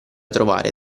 trovare